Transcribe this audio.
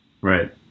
Right